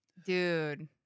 Dude